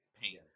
pain